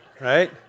Right